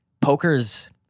poker's